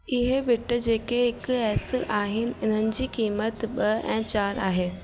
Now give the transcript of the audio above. इहे बिट जेके हिकु एस आहिनि इन्हनि जी क़ीमत ॿ ऐं चारि आहे